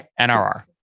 NRR